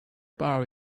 borrow